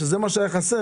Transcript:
שזה מה שהיה חסר,